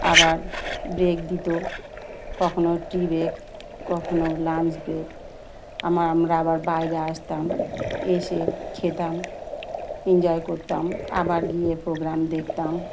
আবার ব্রেক দিত কখনও টি ব্রেক কখনও লাঞ্চ ব্রেক আমার আমরা আবার বাইরে আসতাম এসে খেতাম এনজয় করতাম আবার গিয়ে প্রোগ্রাম দেখতাম